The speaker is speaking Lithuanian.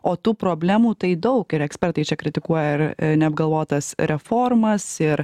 o tų problemų tai daug ir ekspertai čia kritikuoja ir neapgalvotas reformas ir